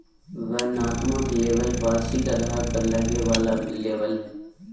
वर्णनात्मक लेबल वार्षिक आधार पर लगे वाला लेबल हइ